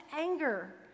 anger